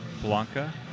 Blanca